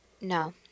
No